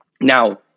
Now